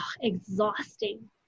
exhausting